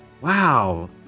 Wow